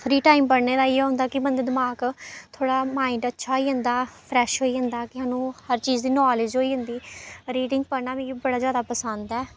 free time पढ़ने दा ऐ इ'यो होंदा कि बंदा दमाक थोह्ड़ा माइंड अच्छा होई जंदा फ्रैश होई जंदा कि सानूं हर चीज दी नालेज होई जंदी रीडिंग पढ़ना मिगी बड़ा जैदा पसंद ऐ